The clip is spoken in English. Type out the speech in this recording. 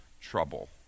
trouble